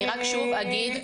אני רק שוב אגיד,